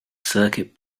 circuit